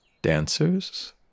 Dancers